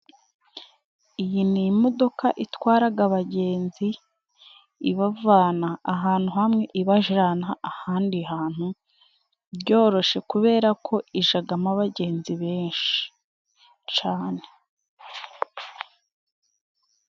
Iyi ni imodoka itwaraga abagenzi, ibavana ahantu hamwe ibajana ahandi hantu byoroshye kubera ko ijagamo abagenzi benshi cane.